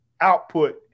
output